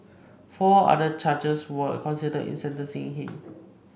four other charges were considered in sentencing him